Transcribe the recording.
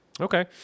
Okay